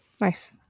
Nice